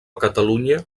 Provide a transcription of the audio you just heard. catalunya